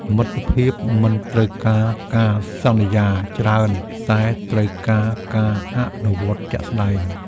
មិត្តភាពមិនត្រូវការការសន្យាច្រើន តែត្រូវការការអនុវត្តជាក់ស្ដែង។